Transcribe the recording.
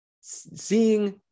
Seeing